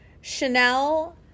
Chanel